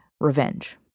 revenge